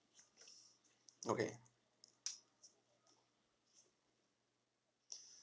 okay